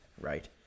right